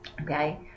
Okay